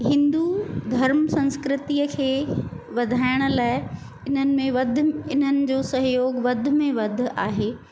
हिंदु धर्म संस्कृतीअ खे वधाइण लाइ इन्हनि में वधि इन्हनि जो सहयोग वधि में वधि आहे